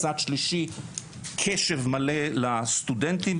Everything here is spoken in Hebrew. מצד שלישי קשב מלא לסטודנטים.